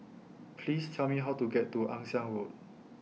Please Tell Me How to get to Ann Siang Road